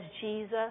Jesus